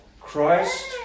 Christ